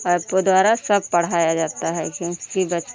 app के द्वारा सब पढ़ाया जाता है क्योंकि बच्चे